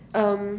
um